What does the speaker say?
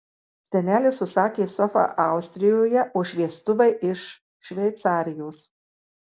senelis užsakė sofą austrijoje o šviestuvai iš šveicarijos